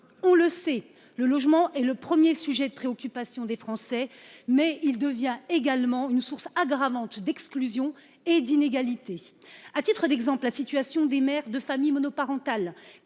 On le sait, le logement est le premier sujet de préoccupation des Français. Il devient également une source aggravante d'exclusions et d'inégalités. À titre d'exemple, j'évoquerai la situation des mères de famille monoparentale